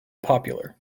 popular